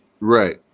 Right